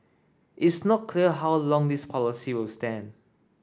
it's not clear how long this policy will stand